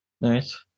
Nice